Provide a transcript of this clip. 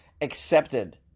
accepted